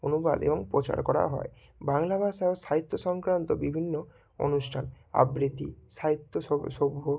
অনুবাদ এবং প্রচার করা হয় বাংলা ভাষা ও সাহিত্য সংক্রান্ত বিভিন্ন অনুষ্টান আবৃতি সাহিত্য সভ্য